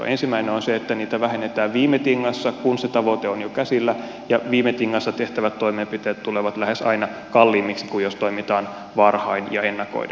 ensimmäinen on se että niitä vähennetään viime tingassa kun se tavoite on jo käsillä ja viime tingassa tehtävät toimenpiteet tulevat lähes aina kalliimmiksi kuin jos toimitaan varhain ja ennakoiden